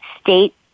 state